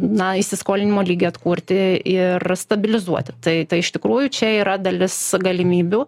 na įsiskolinimo lygį atkurti ir stabilizuoti tai tai iš tikrųjų čia yra dalis galimybių